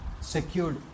secured